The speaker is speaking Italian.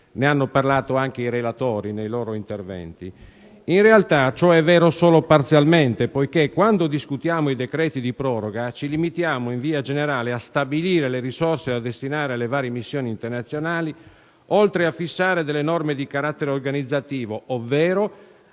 Ne hanno parlato anche i relatori nei loro interventi. In realtà, ciò è vero solo parzialmente, poiché, quando si discute dei decreti-legge di proroga, in via generale ci si limita a stabilire le risorse da destinare alle varie missioni internazionali oltre a fissare norme di carattere organizzativo, ovvero